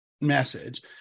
message